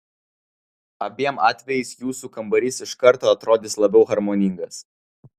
abiem atvejais jūsų kambarys iš karto atrodys labiau harmoningas